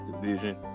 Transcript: division